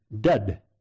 dead